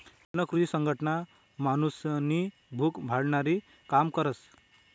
अन्न कृषी संघटना माणूसनी भूक भागाडानी काम करस